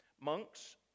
monks